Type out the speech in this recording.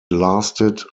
lasted